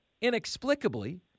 inexplicably